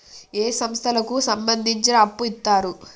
ఏ సంస్థలకు సంబంధించి అప్పు ఇత్తరు?